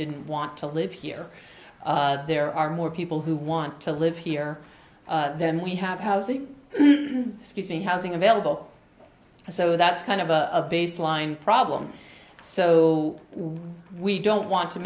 didn't want to live here there are more people who want to live here then we have housing excuse me housing available so that's kind of a baseline problem so we we don't want to